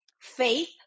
faith